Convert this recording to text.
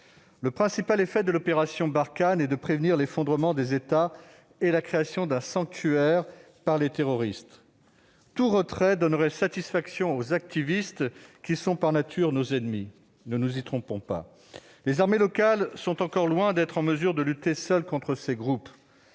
Le principal effet de l'opération Barkhane est de prévenir l'effondrement des États et la création d'un sanctuaire par les terroristes. Tout retrait donnerait satisfaction aux activistes qui sont, par nature, nos ennemis. Ne nous y trompons pas ! Les armées locales sont encore loin d'être en mesure de lutter seules contre ces groupes.